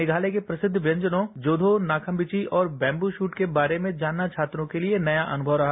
मेघातय के प्रसिद्ध व्यंजनों जोषो नाखाविची और बैंक्शुट के बारे में जानना छात्रों के लिए नया अनुभव रहा